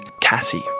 Cassie